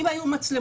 אם היו מצלמות,